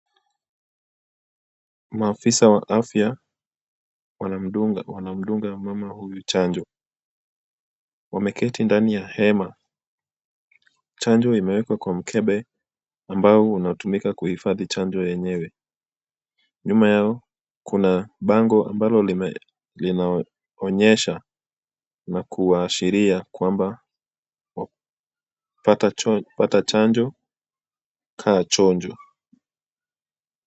Maofisa wa afya wanamdunga mama huyu chanjo. Wameketi ndani ya hema. Chanjo imewekwa kwa mkebe ambao unatumika kuhifadhi chanjo yenyewe. Nyuma yao kuna bango ambalo linaonyesha na kuwaashiria kwamba pata chanjo kaa chonjo.